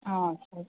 ಹಾಂ ಸರಿ